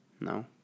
No